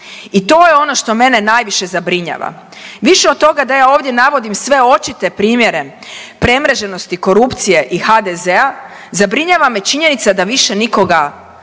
I to je ono što mene najviše zabrinjava. Više od toga da ja ovdje navodim sve očite primjere premreženosti korupcije i HDZ-a zabrinjava me činjenica da više nikoga